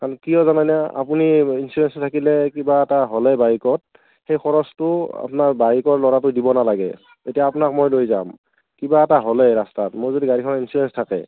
কাৰণ কিয় জানেনে আপুনি ইঞ্চুৰেঞ্চটো থাকিলে কিবা এটা হ'লে বাইকত সেই খৰচটো আপোনাৰ বাইকৰ ল'ৰাটোৱে দিব নালাগে এতিয়া আপোনাক মই লৈ যাম কিবা এটা হ'লে ৰাস্তাত মোৰ যদি গাড়ীখন ইঞ্চুৰেঞ্চ থাকে